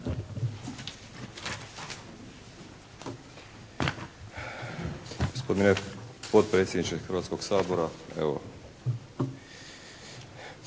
Hvala